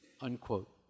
Unquote